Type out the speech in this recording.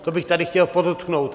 To bych tady chtěl podotknout.